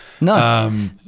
No